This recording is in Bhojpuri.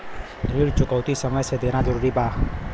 ऋण चुकौती समय से देना जरूरी बा?